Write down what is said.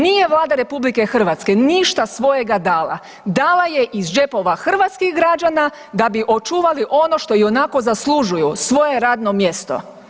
Nije Vlada RH ništa svojega dala, dala je iz džepova hrvatskih građana da bi očuvali ono što ionako zaslužuju, svoje radno mjesto.